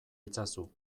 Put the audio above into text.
itzazu